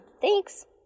thanks